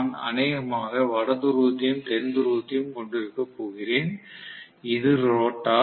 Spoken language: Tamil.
நான் அநேகமாக வட துருவத்தையும் தென் துருவத்தையும் கொண்டிருக்கப் போகிறேன் இது ரோட்டார்